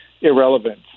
irrelevant